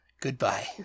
Goodbye